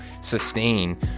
sustain